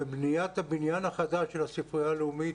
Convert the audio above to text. בניית הבניין החדש של הספרייה הלאומית,